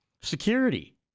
Security